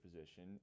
position